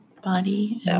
body